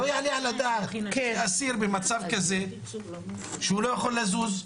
לא יעלה על הדעת שאסיר במצב כזה שהוא לא יכול לזוז,